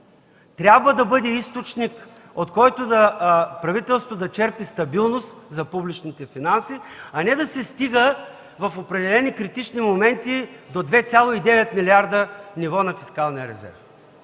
буфер, да бъде източник, от който правителството да черпи стабилност за публичните финанси, а не да се стига в определени критични моменти до 2,9 милиарда ниво на фискалния резерв.